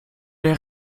der